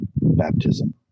baptism